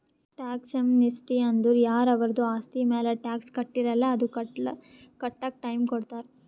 tax amnesty ಅಂದುರ್ ಯಾರ ಅವರ್ದು ಆಸ್ತಿ ಮ್ಯಾಲ ಟ್ಯಾಕ್ಸ್ ಕಟ್ಟಿರಲ್ಲ್ ಅದು ಕಟ್ಲಕ್ ಟೈಮ್ ಕೊಡ್ತಾರ್